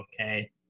okay